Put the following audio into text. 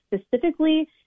specifically